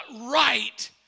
right